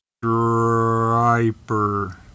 Striper